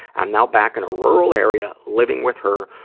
i'm now back in a rural area, living with her,